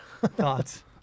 Thoughts